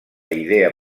idea